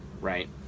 right